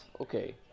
okay